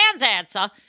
answer